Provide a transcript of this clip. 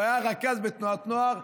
הוא היה רכז בתנועת נוער,